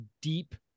deep